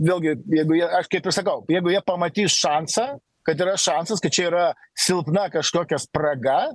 vėlgi jeigu jie aš kaip ir sakau jeigu jie pamatys šansą kad yra šansas tai čia yra silpna kažkokia spraga